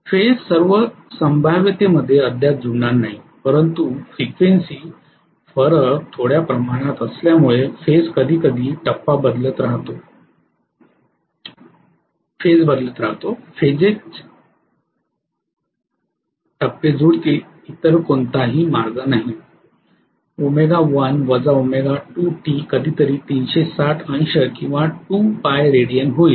phase सर्व संभाव्यतेमध्ये अद्याप जुळणार नाही परंतु फ्रिक्वेन्सी फरक थोड्या प्रमाणात असल्यामुळे फेज कधीकधी टप्पा बदलत राहतो फेझेज टप्पे जुळतील इतर कोणताही मार्ग नाही कधीतरी 360 अंश किंवा 2Π रेडियन होईल